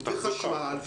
חשמל,